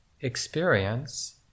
experience